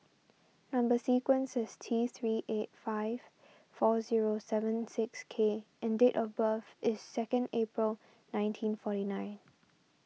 Number Sequence is T three eight five four zero seven six K and date of birth is second April nineteen forty nine